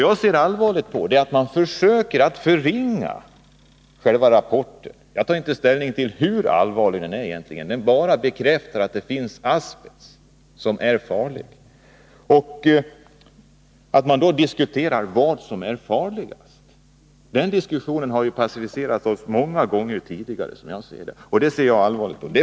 Jag ser allvarligt på att man försöker förringa själva rapporten. Jag tar inte ställning till hur allvarlig den egentligen är. Den bekräftar bara att det finns asbest som är farlig. Man diskuterar nu vad som är farligast. Den diskussionen har, som jag ser det, passiviserat oss många gånger tidigare. Det ser jag allvarligt på.